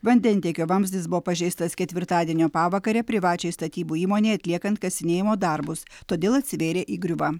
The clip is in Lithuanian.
vandentiekio vamzdis buvo pažeistas ketvirtadienio pavakarę privačiai statybų įmonei atliekant kasinėjimo darbus todėl atsivėrė įgriuva